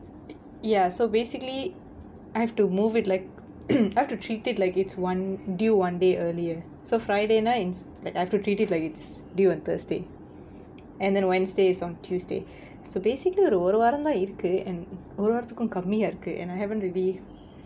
ya so basically I have to move it like I've to treat it like it's one due one day earlier so friday night I've to treat it like it's due on thursday and then wednesday is on tuesday so basically ஒரு ஒரு வாரந்தான் இருக்கு:oru oru vaaranthaan irukku and ஒரு வாரத்துக்கும் கம்மியா இருக்கு:oru vaarathukkum kammiyaa irukku and I haven't really